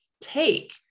take